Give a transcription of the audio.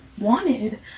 wanted